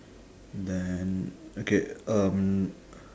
then okay um